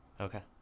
Okay